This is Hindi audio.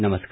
नमस्कार